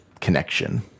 connection